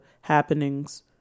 happenings